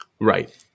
Right